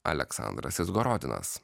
aleksandras izgorodinas